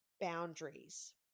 boundaries